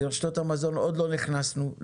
לרשתות המזון עדיין לא נכנסנו,